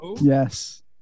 yes